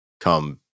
come